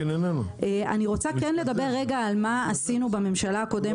אני רוצה לדבר על מה עשינו בממשלה הקודמת,